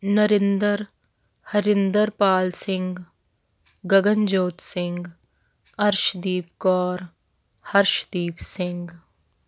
Narendra Harinderpal Singh Gaganjot Singh Arshdeep Kaur Harshdeep Singh